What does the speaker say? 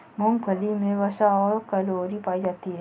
मूंगफली मे वसा और कैलोरी पायी जाती है